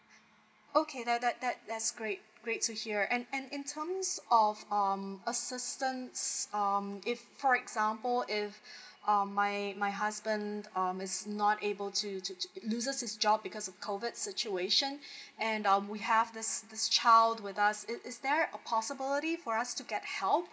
okay that that that that's great great to hear and and in terms of um assistance um if for example if um my my husband um is not able to to to loses his job because of COVID situation and um we have this this child with us is there a possibility for us to get help